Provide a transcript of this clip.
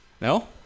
No